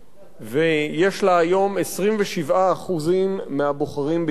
ויש לה היום 27% מהבוחרים ביוון.